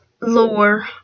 lore